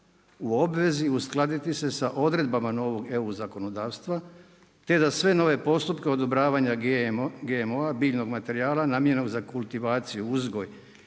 u obvezi je uskladiti se sa odredbama novog EU zakonodavstva te da sve nove postupke odobravanja GMO-a, biljnog materijala namijenjenog za kultivaciju, uzgoj,